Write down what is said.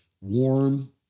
warm